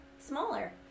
smaller